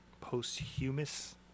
posthumous